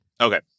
Okay